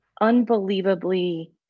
unbelievably